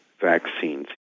vaccines